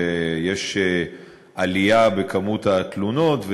ויש עלייה במספר התלונות,